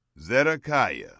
zedekiah